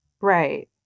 right